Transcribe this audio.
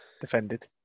defended